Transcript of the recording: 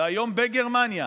היום בגרמניה